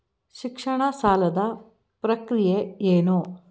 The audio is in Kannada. ಶಿಕ್ಷಣ ಸಾಲದ ಪ್ರಕ್ರಿಯೆ ಏನು?